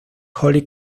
holy